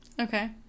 Okay